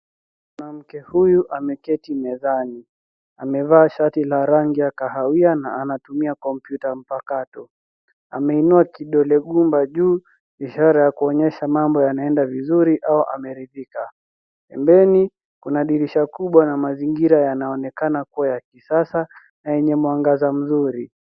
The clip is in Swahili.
Mwanamke huyu ameketi mezani. Amevaa shati la rangi ya kahawia na anatumia kompyuta mpakato. Ameinua kidole gumba juu ishara ya kuonyesha mambo yanaenda vizuri au ameridhika. Pembeni kuna dirisha kubwa na mazingira yanaonekana kuwa ya kisasa na yenye mwangaza mzuri.